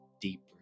deeper